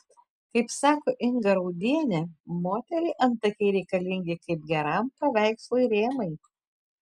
kaip sako inga raudienė moteriai antakiai reikalingi kaip geram paveikslui rėmai